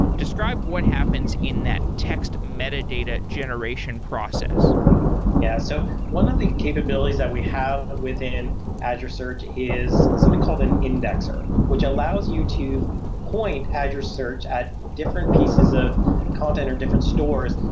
describe what happens in that text metadata generation process yeah. so one of the capabilities that we have within azure search is something called an indexer, which allows you to point azure search at different pieces of content or different stores.